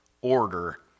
order